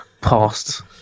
past